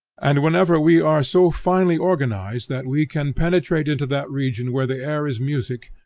and whenever we are so finely organized that we can penetrate into that region where the air is music,